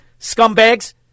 Scumbags